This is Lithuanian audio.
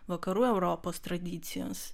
vakarų europos tradicijos